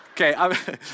Okay